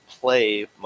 play